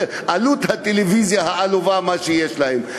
עלות הטלוויזיה העלובה שיש להם.